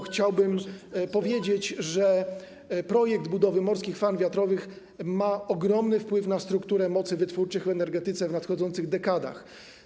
Chciałbym powiedzieć, że projekt budowy morskich farm wiatrowych ma ogromny wpływ na strukturę mocy wytwórczych w energetyce w nadchodzących dekadach.